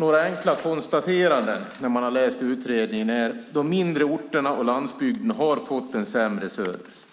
Några enkla konstateranden som man kan göra när man har läst utredningen är att de mindre orterna och landsbygden har fått en sämre service.